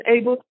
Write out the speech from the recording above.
able